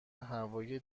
هوایی